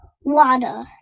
water